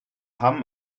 hamm